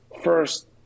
First